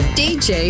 dj